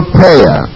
prayer